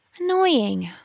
Annoying